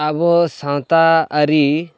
ᱟᱵᱚ ᱥᱟᱶᱛᱟ ᱟᱹᱨᱤ